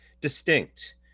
distinct